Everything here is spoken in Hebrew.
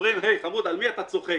אומרים: "הי, חמוד, על מי אתה צוחק?